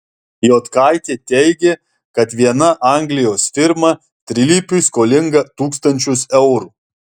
jotkaitė teigė kad viena anglijos firma trilypiui skolinga tūkstančius eurų